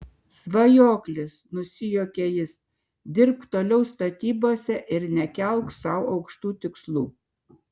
svajoklis nusijuokia jis dirbk toliau statybose ir nekelk sau aukštų tikslų